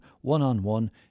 one-on-one